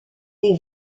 des